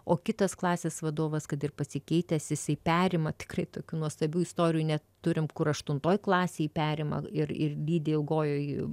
o kitas klasės vadovas kad ir pasikeitęs jisai perima tikrai tokių nuostabių istorijų net turim kur aštuntoj klasėj perima ir ir lydi ilgojoj